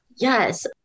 Yes